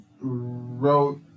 wrote